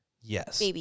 yes